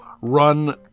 run